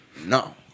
No